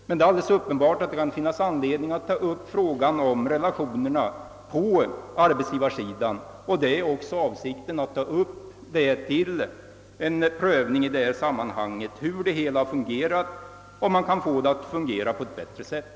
Men det är alldeles uppenbart att det kan finnas anledning att ta upp frågan om relationerna på arbetsgivarsidan, och avsikten är även att i detta sammanhang göra en prövning av hur det hela fungerat och om vi kan få det att fungera på ett bättre sätt.